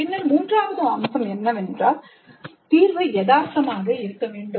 பின்னர் மூன்றாவது அம்சம் என்னவென்றால் தீர்வு யதார்த்தமாக இருக்க வேண்டும்